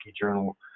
Journal